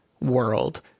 world